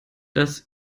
das